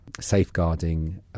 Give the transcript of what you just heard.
safeguarding